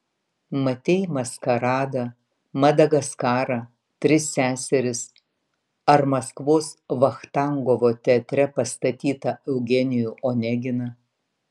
matei maskaradą madagaskarą tris seseris ar maskvos vachtangovo teatre pastatytą eugenijų oneginą